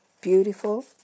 beautiful